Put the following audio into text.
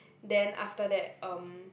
then after that um